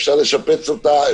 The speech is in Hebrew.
אפשר לשפץ אותה,